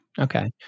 Okay